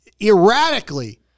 erratically